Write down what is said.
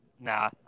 nah